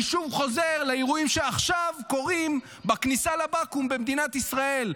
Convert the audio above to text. אני שוב חוזר לאירועים שעכשיו קורים בכניסה לבקו"ם במדינת ישראל.